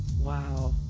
Wow